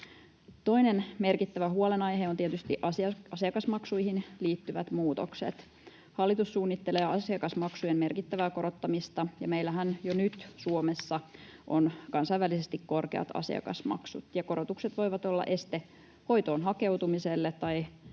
Toinen merkittävä huolenaihe ovat tietysti asiakasmaksuihin liittyvät muutokset. Hallitus suunnittelee asiakasmaksujen merkittävää korottamista. Meillähän jo nyt Suomessa on kansainvälisesti korkeat asiakasmaksut, ja korotukset voivat olla este hoitoon hakeutumiselle, tai